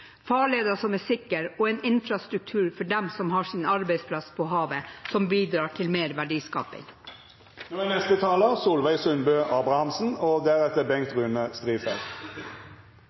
farleder som er sikre, og en infrastruktur for dem som har sin arbeidsplass på havet, og som bidrar til mer verdiskaping. Noreg er eit land med store moglegheiter, eit godt land å bu i og